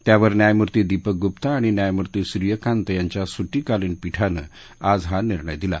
त्यावर न्यायमूर्ती दीपक गुप्ता आणि न्यायमूर्ती सूर्यकांत यांच्या सुट्टीकालीन पीठानं आज हा निर्णय दिला